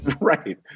Right